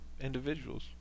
individuals